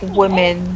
women